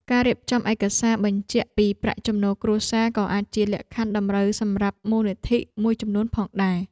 ការរៀបចំឯកសារបញ្ជាក់ពីប្រាក់ចំណូលគ្រួសារក៏អាចជាលក្ខខណ្ឌតម្រូវសម្រាប់មូលនិធិមួយចំនួនផងដែរ។